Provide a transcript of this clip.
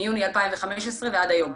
מיוני 2015 ועד היום,